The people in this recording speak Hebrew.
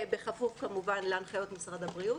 כמובן בכפוף להנחיות משרד הבריאות,